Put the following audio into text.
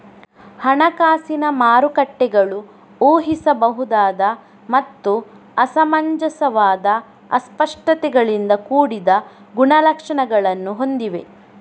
ಹಣಕಾಸಿನ ಮಾರುಕಟ್ಟೆಗಳು ಊಹಿಸಬಹುದಾದ ಮತ್ತು ಅಸಮಂಜಸವಾದ ಅಸ್ಪಷ್ಟತೆಗಳಿಂದ ಕೂಡಿದ ಗುಣಲಕ್ಷಣಗಳನ್ನು ಹೊಂದಿವೆ